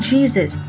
Jesus